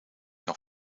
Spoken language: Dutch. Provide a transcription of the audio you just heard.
nog